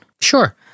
Sure